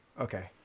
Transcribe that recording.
Okay